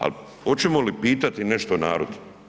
Ali hoćemo li pitati nešto narod?